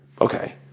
Okay